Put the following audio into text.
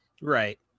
right